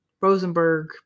rosenberg